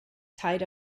tied